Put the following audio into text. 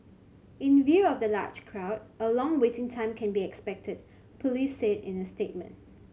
in view of the large crowd a long waiting time can be expected police said in a statement